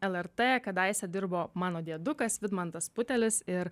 lrt kadaise dirbo mano dėdukas vidmantas putelis ir